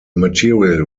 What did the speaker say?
material